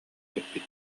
биэрбит